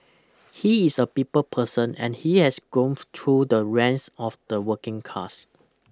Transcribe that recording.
he is a people person and he has grown through the ranks of the working class